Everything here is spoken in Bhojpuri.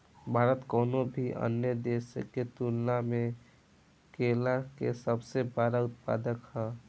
भारत कउनों भी अन्य देश के तुलना में केला के सबसे बड़ उत्पादक ह